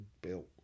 built